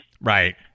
right